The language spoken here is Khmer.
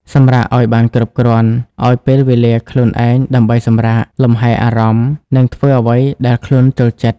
សម្រាកឲ្យបានគ្រប់គ្រាន់ ឲ្យពេលវេលាខ្លួនឯងដើម្បីសម្រាក លម្ហែអារម្មណ៍ និងធ្វើអ្វីដែលខ្លួនចូលចិត្ត។